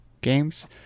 games